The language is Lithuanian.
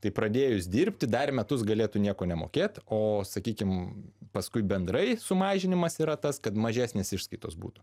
tai pradėjus dirbti dar metus galėtų nieko nemokėt o sakykim paskui bendrai sumažinimas yra tas kad mažesnės išskaitos būtų